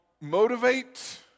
motivate